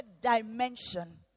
dimension